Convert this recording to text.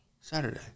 Saturday